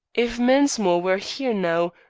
if mensmore were here now,